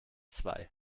zwei